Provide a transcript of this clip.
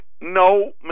no